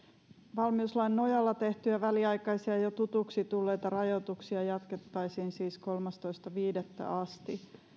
valmiuslain nojalla tehtyjä väliaikaisia jo tutuksi tulleita rajoituksia jatkettaisiin siis kolmastoista viidettä asti